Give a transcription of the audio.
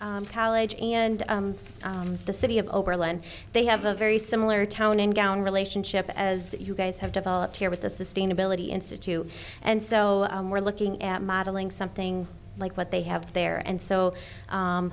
college and the city of oberlin they have a very similar town and gown relationship as you guys have developed here with the sustainability institute and so we're looking at modeling something like what they have there and so